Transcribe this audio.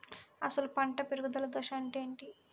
అసలు పంట పెరుగుదల దశ అంటే ఏమిటి?